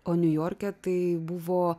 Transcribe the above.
o niujorke tai buvo